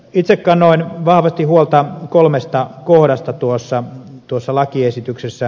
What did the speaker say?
itse kannoin vahvasti huolta kolmesta kohdasta tuossa lakiesityksessä